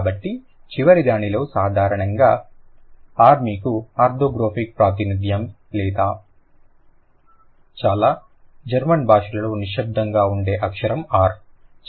కాబట్టి చివరిదానిలో సాధారణంగా r మీకు ఆర్థోగ్రాఫిక్ ప్రాతినిధ్యం లేదా చాలా జర్మన్ భాషలలో నిశ్శబ్దంగా ఉండే అక్షరం r